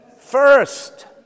first